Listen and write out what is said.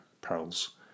pearls